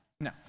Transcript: No